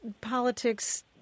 politics